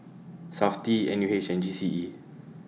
Safti N U H and G C E